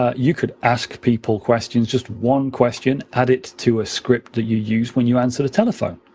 ah you could ask people questions, just one question, add it to a script that you use when you answer the telephone.